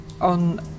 on